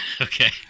Okay